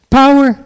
power